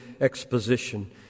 exposition